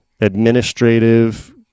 administrative